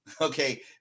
Okay